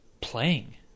playing